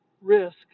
risk